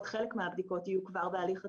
חלק מהבדיקות יהיו כבר בהליך התכנוני,